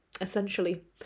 essentially